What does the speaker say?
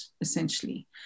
essentially